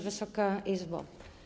Wysoka Izbo!